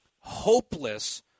hopeless